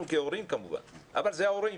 אנחנו כהורים כמובן עושים זאת, אבל אלה ההורים.